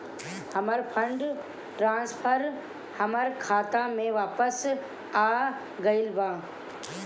हमर fund transfer हमर खाता में वापस आ गईल बा